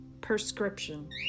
prescription